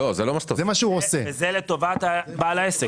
זה לטובת בעל העסק.